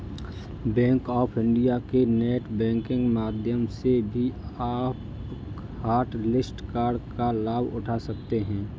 bank of India के net banking माध्यम से भी आप हॉटलिस्ट कार्ड का लाभ उठा सकते हैं